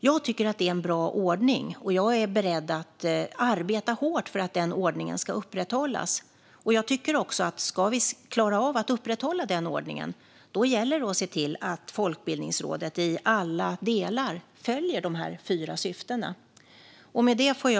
Jag tycker att det är en bra ordning, och jag är beredd att arbeta hårt för att den ska upprätthållas. Om vi ska klara av att upprätthålla den ordningen gäller det att se till att Folkbildningsrådet i alla delar följer de fyra syftena.